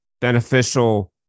beneficial